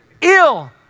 ill